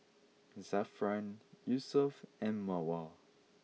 Zafran Yusuf and Mawar